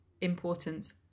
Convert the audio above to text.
importance